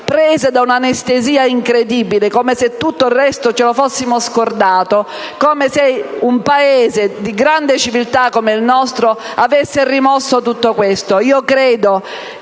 prese da un'anestesia incredibile, come se tutto il resto ce lo fossimo scordato, come se un Paese di grande civiltà come il nostro avesse rimosso tutto questo. Credo